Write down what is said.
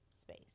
space